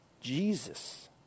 Jesus